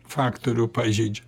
faktorių pažeidžia